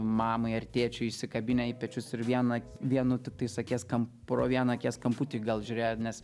mamai ar tėčiui įsikabinę į pečius ir vieną vienu tiktais akies kam pro vieną akies kamputį gal žiūrėjo nes